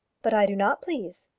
but i do not please.